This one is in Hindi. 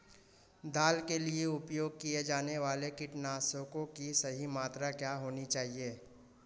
दाल के लिए उपयोग किए जाने वाले कीटनाशकों की सही मात्रा क्या होनी चाहिए?